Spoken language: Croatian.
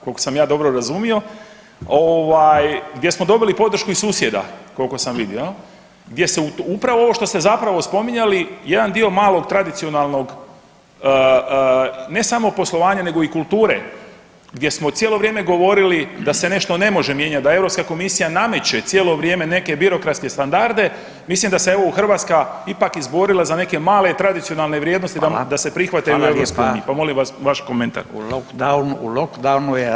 Kolko sam ja dobro razumio, gdje smo dobili podršku iz susjeda koliko sam vidio, gdje se upravo ovo što se zapravo spominjali, jedan dio malog tradicionalnog ne samo poslovanja nego i kulture, gdje smo cijelo vrijeme govorili da se nešto ne može mijenjati, da Europska komisija nameće cijelo vrijeme neke birokratske standarde, mislim da se evo Hrvatska ipak izborila za neke male tradicionalne vrijednosti da [[Upadica Radin: Hvala, hvala lijepa.]] se prihvate u EU, pa molio bih vas vaš komentar.